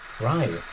Right